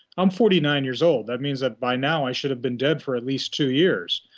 i'm forty nine years old, that means that by now i should have been dead for at least two years.